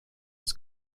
was